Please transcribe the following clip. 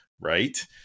right